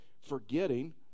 forgetting